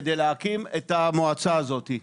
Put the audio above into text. כדי להקים את המועצה הזאת.